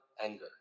anger